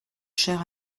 cher